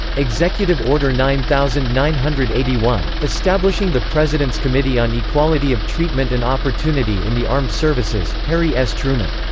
executive order nine thousand nine hundred and eighty one, establishing the president's committee on equality of treatment and opportunity in the armed services, harry s. truman.